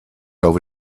over